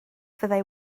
fyddai